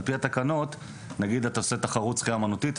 ועל-פי התקנות אם עושים תחרות שחייה אומנותית,